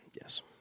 Yes